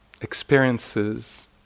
experiences